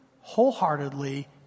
wholeheartedly